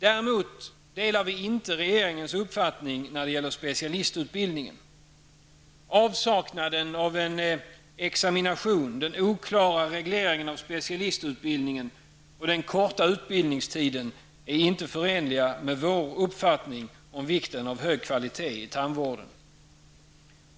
Däremot delar vi inte regeringens uppfattning när det gäller specialistutbildningen. Avsaknaden av en examination, den oklara regleringen av specialistutbildningen och den korta utbildningstiden är inte förenliga med vår uppfattning om vikten av hög kvalitet i tandvården.